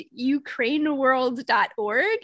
ukraineworld.org